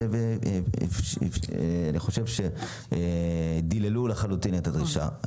ואני חושב שהם דיללו לחלוטין את הדרישה.